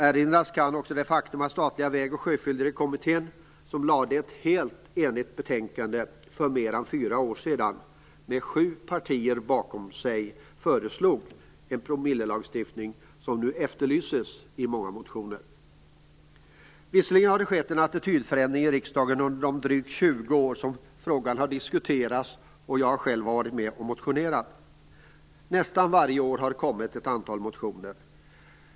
Erinras kan också det faktum att den statliga vägoch sjöfyllerikommittén föreslog en promillelagstiftning i det helt eniga betänkande som lades fram för mer än fyra år sedan. Sju partier stod bakom det, och den promillelagstiftningen efterlyses nu i många motioner. Förvisso har det skett en attitydföränding i riksdagen under de drygt 20 år som frågan har diskuterats. Jag har själv varit med och motionerat. Nästan varje år har det kommit ett antal motioner.